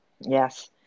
yes